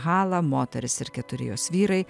halą moteris ir keturi jos vyrai